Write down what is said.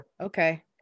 Okay